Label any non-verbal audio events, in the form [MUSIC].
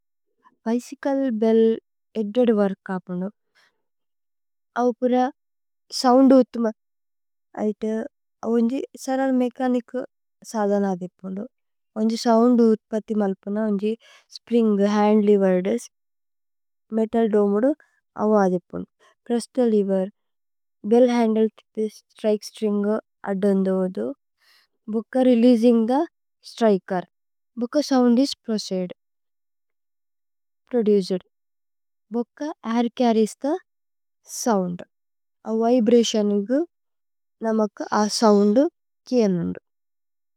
Bicycle bell ഏദ്ദേദ് work ആപന്ദു ഔ പുര। [NOISE] സോഉന്ദ് ഉത്പഥി മല്പുന ഔ ഉന്ജി। സരല് മേഛനിച് സദന അദിപന്ദു ഉന്ജി। സോഉന്ദ് ഉത്പഥി മല്പുന ഉന്ജി spring hand. Lever desk. Metal dome ദു ഔ അദിപന്ദു। Press the lever bell handle തിപി സ്ത്രികേ। സ്ത്രിന്ഗു അദന്ദു ഓദു ഭുക്ക രേലേഅസിന്ഗ് ഥേ। സ്ത്രികേര് ഭുക്ക സോഉന്ദ് ഇസ്। [HESITATION] പ്രോചീദ് ഭുക്ക air carries the sound. Vibration ഇഗു നമക് അ സോഉന്ദ് കേയന്ദു।